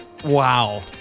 Wow